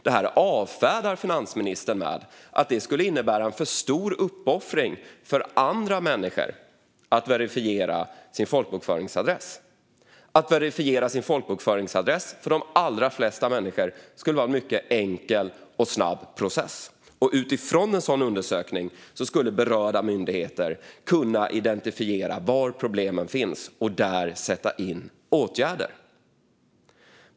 Det här avfärdar finansministern med att det skulle innebära en för stor uppoffring för andra människor att verifiera sin folkbokföringsadress. Men att göra detta skulle för de allra flesta människor vara en mycket enkel och snabb process. Utifrån en sådan undersökning skulle berörda myndigheter kunna identifiera var problemen finns och där sätta in åtgärder.